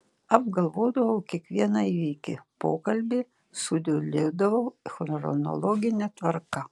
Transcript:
apgalvodavau kiekvieną įvykį pokalbį sudėliodavau chronologine tvarka